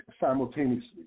simultaneously